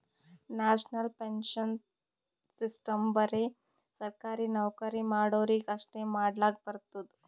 national pension system ಬರೆ ಸರ್ಕಾರಿ ನೌಕರಿ ಮಾಡೋರಿಗಿ ಅಷ್ಟೇ ಮಾಡ್ಲಕ್ ಬರ್ತುದ್